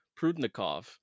Prudnikov